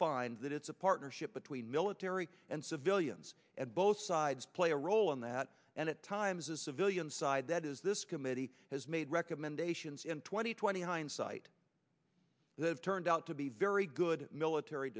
find that it's a partnership between military and civilians and both sides play a role in that and at times as civilians that is this committee has made recommendations in twenty twenty hindsight that turned out to be very good military